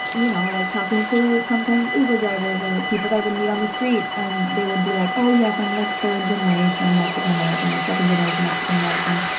and you know, like talking to sometimes uber drivers or like people that i would meet on the street, and they would be like, oh, yes, i'm, like, third-generation mexican-american or second-generation mexican-american.